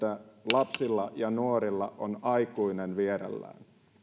lapsilla ja nuorilla on aikuinen vierellään